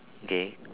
okay